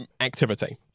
activity